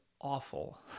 awful